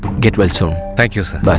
get well soon thank you, sir